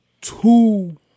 Two